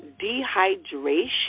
dehydration